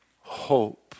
hope